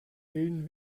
milden